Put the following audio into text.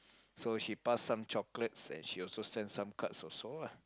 so she passed some chocolates and she also send some cards also lah